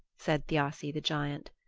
said thiassi the giant.